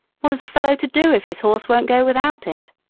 what is a fellow to do if his horse won't go without it?